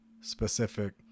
specific